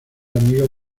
amigo